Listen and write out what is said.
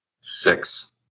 Six